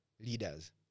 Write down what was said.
leaders